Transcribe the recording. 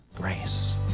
grace